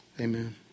Amen